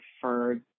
preferred